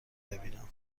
ببینم